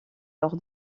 leur